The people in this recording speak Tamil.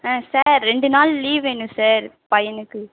ஆ சார் ரெண்டு நாள் லீவ் வேணும் சார் பையனுக்கு